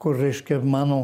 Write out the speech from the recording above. kur reiškia mano